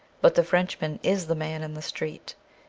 but the frenchman is the man in the street.